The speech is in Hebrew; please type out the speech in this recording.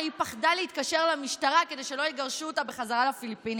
הרי היא פחדה להתקשר למשטרה כדי שלא יגרשו אותה חזרה לפיליפינים